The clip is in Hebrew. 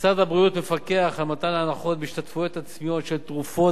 משרד הבריאות מפקח על מתן ההנחות בהשתתפויות עצמיות של תרופות